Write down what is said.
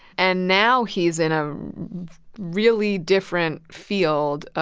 and now, he's in a really different field,